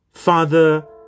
Father